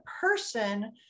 person